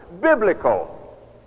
biblical